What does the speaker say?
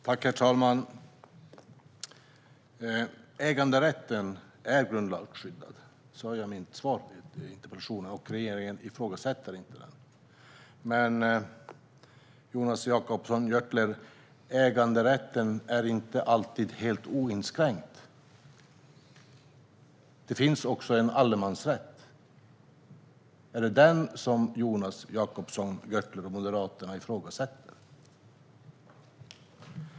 Herr talman! Äganderätten är grundlagsskyddad, vilket jag även sa i mitt svar på interpellationen. Regeringen ifrågasätter den heller inte. Men, Jonas Jacobsson Gjörtler, äganderätten är inte alltid helt oinskränkt. Det finns också en allemansrätt. Är det den som Jonas Jacobsson Gjörtler och Moderaterna ifrågasätter?